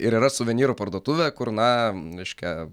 ir yra suvenyrų parduotuvė kur na reiškia